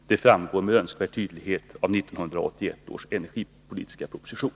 Det framgår med all önskvärd tydlighet av 1981 års energipolitiska proposition.